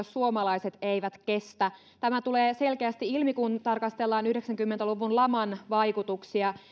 suomalaiset eivät kestä tämä tulee selkeästi ilmi kun tarkastellaan yhdeksänkymmentä luvun laman vaikutuksia